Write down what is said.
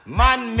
man